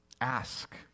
ask